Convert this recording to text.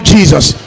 Jesus